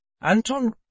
Anton